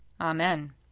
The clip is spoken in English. Amen